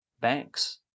banks